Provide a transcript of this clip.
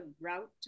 Route